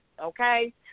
okay